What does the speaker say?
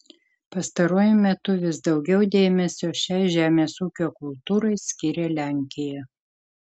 pastaruoju metu vis daugiau dėmesio šiai žemės ūkio kultūrai skiria lenkija